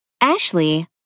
Ashley